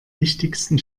wichtigsten